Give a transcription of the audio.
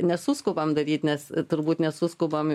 nesuskubam daryt nes turbūt nesuskubam